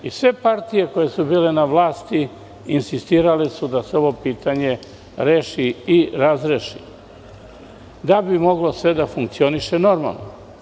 Sve partije koje su bile na vlasti insistirale su da se ovo pitanje reši i razreši da bi moglo se da funkcioniše normalno.